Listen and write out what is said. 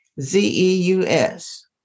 Z-E-U-S